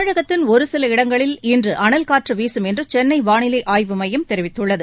தமிழகத்தின் ஒரு சில இடங்களில் இன்று அளல்காற்று வீசும் என்று சென்னை வானிலை ஆய்வுமையம் தெரிவித்துள்ளது